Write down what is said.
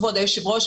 כבוד היושב-ראש,